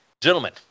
Gentlemen